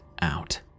out